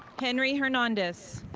henry hernandez.